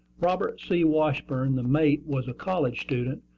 robert c. washburn, the mate, was a college student,